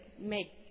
make